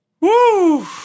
Woo